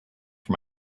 for